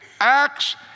acts